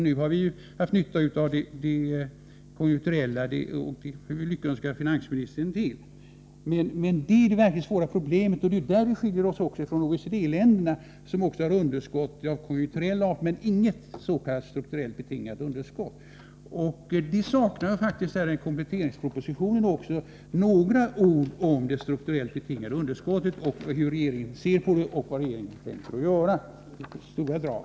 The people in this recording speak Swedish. Nu har vi haft tur med det konjunkturella underskottet, vilket jag lyckönskar finansministern till, men det verkligt svåra problemet är som sagt det strukturella underskottet. På denna punkt skiljer vi oss också från OECD-länderna. De har underskott av konjunkturell art, men inte s.k. strukturellt betingade underskott. Jag saknar faktiskt, också i kompletteringspropositionen, några ord från regeringen om det strukturellt betingade underskottet. Jag skulle vilja veta hur regeringen ser på det och vad den, i stora drag, tänker göra åt det.